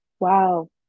Wow